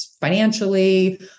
financially